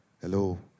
Hello